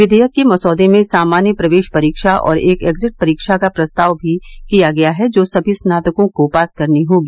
विधेयक के मसौदे में सामान्य प्रवेश परीक्षा और एक एक्जिट परीक्षा का प्रस्ताव भी किया गया है जो सभी स्नातकों को पास करनी होगी